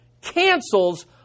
cancels